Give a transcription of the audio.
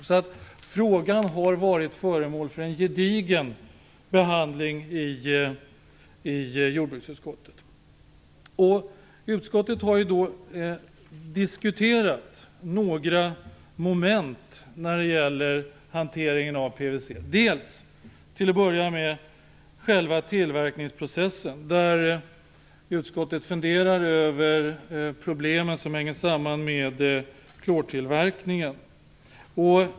Frågan har alltså varit föremål för en gedigen behandling i jordbruksutskottet. Jordbruksutskottet har då diskuterat några moment när det gäller hanteringen av PVC. Det är till att börja med själva tillverkningsprocessen, där utskottet funderar över problemen som hänger samman med klortillverkningen.